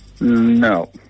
No